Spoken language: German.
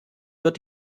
wird